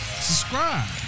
subscribe